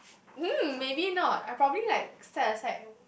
mm maybe not I probably like set aside